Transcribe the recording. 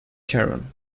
karen